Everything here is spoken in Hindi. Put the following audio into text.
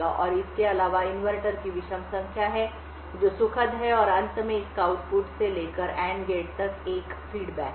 और इसके अलावा इनवर्टर की विषम संख्या है जो सुखद है और अंत में इसका आउटपुट से लेकर AND गेट तक एक फीडबैक है